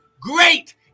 great